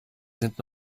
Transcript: sind